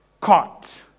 Caught